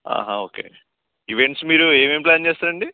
okay events మీరు ఏమేమి plan చేస్తారు అండి